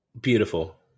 Beautiful